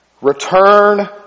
Return